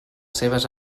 seves